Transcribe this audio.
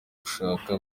gushaka